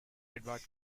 edward